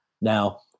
Now